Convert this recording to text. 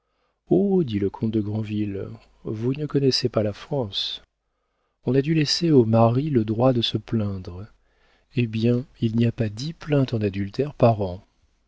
dit le comte de grandville vous ne connaissez pas la france on a dû laisser au mari le droit de se plaindre eh bien il n'y a pas dix plaintes en adultère par an